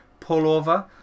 pullover